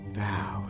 thou